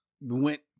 went